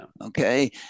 Okay